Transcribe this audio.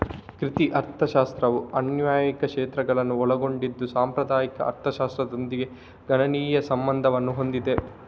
ಕೃಷಿ ಅರ್ಥಶಾಸ್ತ್ರವು ಅನ್ವಯಿಕ ಕ್ಷೇತ್ರಗಳನ್ನು ಒಳಗೊಂಡಿದ್ದು ಸಾಂಪ್ರದಾಯಿಕ ಅರ್ಥಶಾಸ್ತ್ರದೊಂದಿಗೆ ಗಣನೀಯ ಸಂಬಂಧವನ್ನು ಹೊಂದಿದೆ